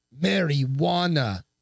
Marijuana